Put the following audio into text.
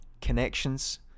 connections